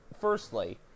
firstly